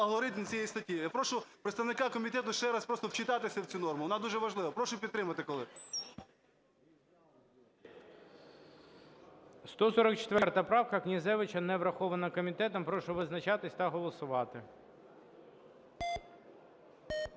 алгоритм цієї статті. Я прошу представника комітету ще раз просто вчитатися в цю норму, вона дуже важлива. Прошу підтримати, колеги. ГОЛОВУЮЧИЙ. 144 правка Князевича, не врахована комітетом. Прошу визначатися та голосувати.